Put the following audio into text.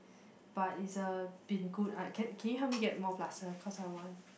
but it's a been good uh can can you help me get more plaster cause I want